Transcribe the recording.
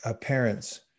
parents